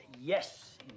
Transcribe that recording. yes